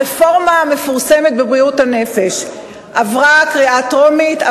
הרפורמה המפורסמת בבריאות הנפש עברה קריאה טרומית,